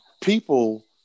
people